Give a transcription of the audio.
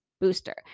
booster